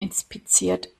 inspiziert